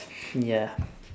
ya